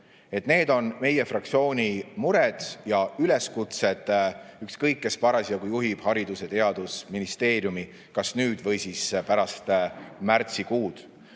Need on meie fraktsiooni mured ja üleskutsed, ükskõik kes parasjagu juhib Haridus- ja Teadusministeeriumi kas nüüd või pärast märtsikuud.